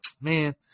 man